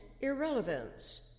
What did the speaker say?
irrelevance